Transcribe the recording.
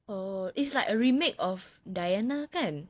oh it's like a remake of diana kan